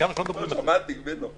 סיכמנו שלא מדברים --- שמעתי ---, אהבתי.